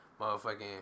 Motherfucking